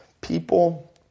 People